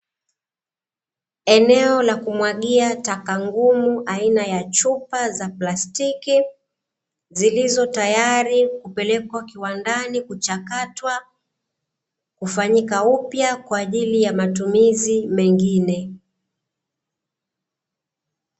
Eneo la kumwagia taka ngumu aina ya chupa za plastiki zilizo tayari kupelekwa kiwandani kuchakatwa kufanyika upya kwaajili ya matumizi mengine.